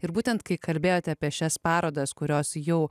ir būtent kai kalbėjote apie šias parodas kurios jau